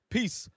Peace